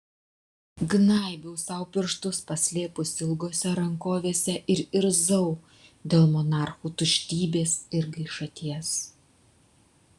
gnaibiau sau pirštus paslėpusi ilgose rankovėse ir irzau dėl monarchų tuštybės ir gaišaties